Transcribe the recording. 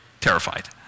terrified